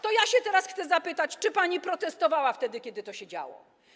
To ja teraz chcę zapytać, czy pani protestowała wtedy, kiedy to się działo.